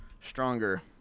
stronger